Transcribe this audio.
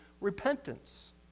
repentance